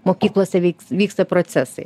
mokyklose vyks vyksta procesai